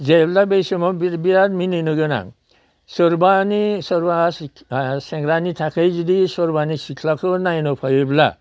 जेब्ला बे समाव बिराद मिनिनो गोनां सोरबानि सोरबा सेंग्रानि थाखाय जुदि सोरबानि सिख्लाखौ नायनो फैयोब्ला